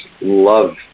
love